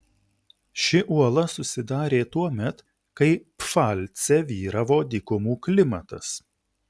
ši uola susidarė tuomet kai pfalce vyravo dykumų klimatas